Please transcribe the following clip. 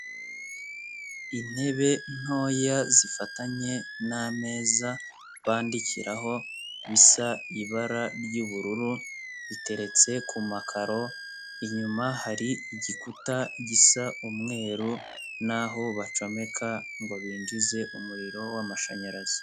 Intebe ntoya zifatanye n'ameza bandikiraho, bisa ibara ry'ubururu, biteretse ku makaro, inyuma hari igikuta gisa umweru n'aho bacomeka ngo binjize umuriro w'amashanyarazi.